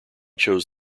chose